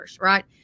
right